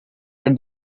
get